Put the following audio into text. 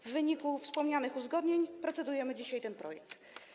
W wyniku wspomnianych uzgodnień procedujemy dzisiaj nad tym projektem.